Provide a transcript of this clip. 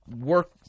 work